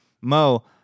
Mo